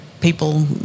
people